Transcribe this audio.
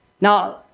Now